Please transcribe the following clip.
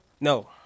No